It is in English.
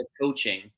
coaching